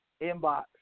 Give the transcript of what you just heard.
inbox